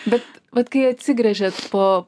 bet vat kai atsigręžiat po